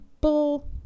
bull